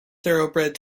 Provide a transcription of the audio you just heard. thoroughbred